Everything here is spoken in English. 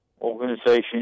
organization